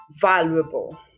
valuable